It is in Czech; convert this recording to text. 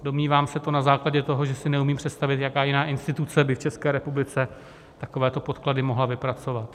Domnívám se to na základě toho, že si neumím představit, jaká jiná instituce by v České republice takovéto podklady mohla vypracovat.